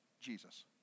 Jesus